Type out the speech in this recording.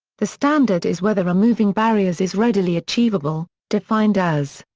the standard is whether removing barriers is readily achievable, defined as.